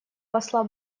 посла